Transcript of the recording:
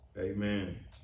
Amen